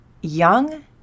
young